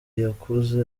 yakuze